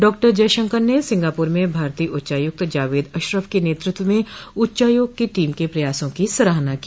doctor Jaishankar ने Singapore में भारतीय उच्चायुक्त जावेद अशरफ के नेतृत्व में उच्चायोग की टीम के प्रयासों की सराहना की